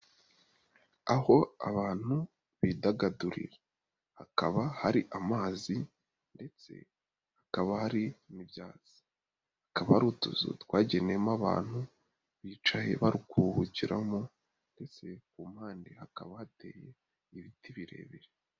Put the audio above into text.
Aho abantu bidagadurira, hakaba hari amazi ndetse hakaba hari n'ibyatsi, akaba ari utuzu twageneyemo abantu, bicaye bari kuhukiramo ndetse ku mpande hakaba hateye ibiti birebire.